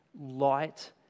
light